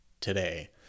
today